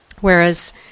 whereas